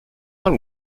man